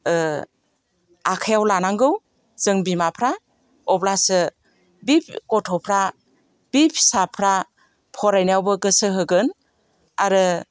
आखाइयाव लानांगौ जों बिमाफ्रा अब्लासो बि गथ'फ्रा बि फिसाफ्रा फरायनायावबो गोसो होगोन आरो